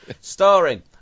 Starring